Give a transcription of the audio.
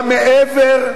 גם מעבר,